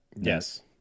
yes